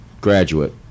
graduate